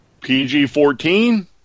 PG-14